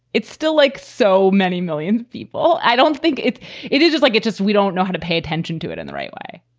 it's still like so many million people. i don't think it's it is just like it just we don't know how to pay attention to it in the right way